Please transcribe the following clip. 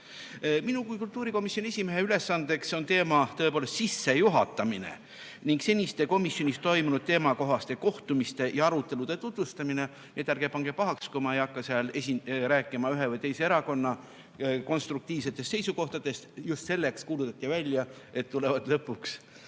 Minu kui kultuurikomisjoni esimehe ülesanne eks on teema sissejuhatamine ning seniste komisjonis toimunud teemakohaste kohtumiste ja arutelude tutvustamine. Nii et ärge pange pahaks, kui ma ei hakka rääkima ühe või teise erakonna konstruktiivsetest seisukohtadest. Kuulutati ju ka välja, et lõpuks